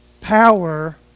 power